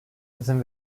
izin